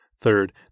Third